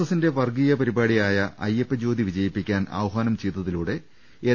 എസിന്റെ വർഗീയ പരിപാടിയായ അയ്യപ്പജ്യോതി വിജ യിപ്പിക്കാൻ ആഹ്വാനം ചെയ്തതിലൂടെ എൻ